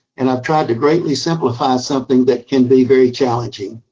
and i've tried to greatly simplify something that can be very challenging.